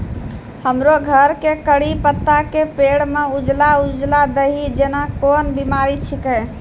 हमरो घर के कढ़ी पत्ता के पेड़ म उजला उजला दही जेना कोन बिमारी छेकै?